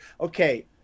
okay